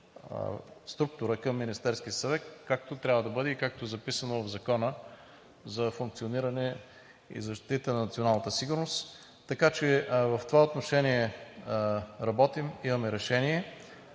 структура към Министерския съвет, както трябва да бъде и както е записано в Закона за функциониране и защита на националната сигурност, така че в това отношение работим, имаме решение.